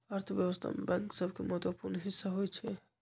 अर्थव्यवस्था में बैंक सभके महत्वपूर्ण हिस्सा होइ छइ